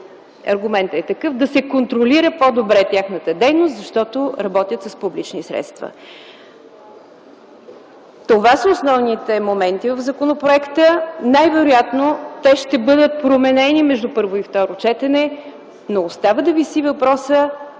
аргументът е такъв, да се контролира по-добре тяхната дейност, защото работят с публични средства. Това са основните моменти в законопроекта. Най-вероятно те ще бъдат променени между първо и второ четене, но остава да виси въпросът: